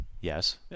Yes